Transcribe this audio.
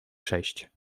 sześć